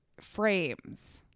frames